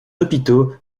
hôpitaux